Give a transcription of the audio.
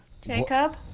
Jacob